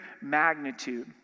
magnitude